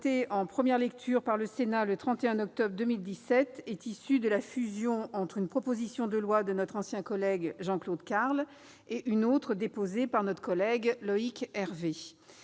en première lecture par le Sénat le 31 octobre 2017, est issue de la fusion d'une proposition de loi de notre ancien collègue Jean-Claude Carle et d'une autre déposée par notre collègue Loïc Hervé.